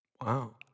Wow